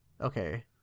Okay